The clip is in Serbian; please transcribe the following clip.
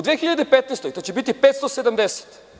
U 2015. to će biti 570.